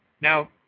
Now